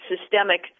systemic